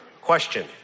question